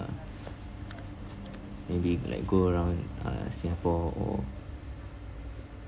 maybe like go around uh singapore or